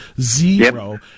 Zero